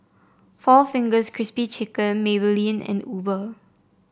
Four Fingers Crispy Chicken Maybelline and Uber